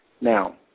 Now